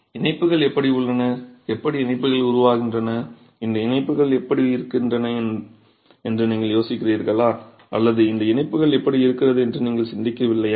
இணைப்புகள் எப்படி உள்ளன எப்படி இணைப்புகள் உருவாகின்றன இந்த இணைப்புகள் எப்படி இருக்கின்றன என்று நீங்கள் யோசிக்கிறீர்களா அல்லது இந்த இணைப்புகள் எப்படி இருக்கிறது என்று நீங்கள் சிந்திக்கவில்லையா